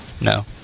No